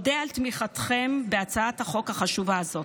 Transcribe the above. אודה על תמיכתכם בהצעת החוק החשובה הזאת.